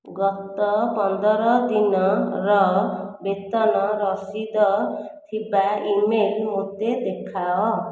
ଗତ ପନ୍ଦର ଦିନର ବେତନ ରସିଦ ଥିବା ଇମେଲ୍ ମୋତେ ଦେଖାଅ